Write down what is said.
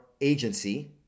agency